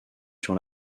sur